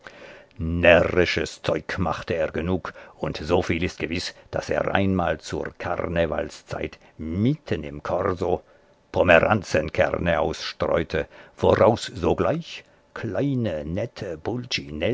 närrisches zeug machte er genug und so viel ist gewiß daß er einmal zur karnevalszeit mitten im korso pomeranzenkerne ausstreute woraus sogleich kleine nette